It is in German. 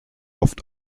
oft